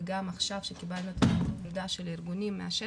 וגם עכשיו את המידע של הארגונים מהשטח,